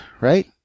right